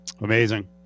Amazing